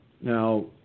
Now